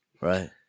Right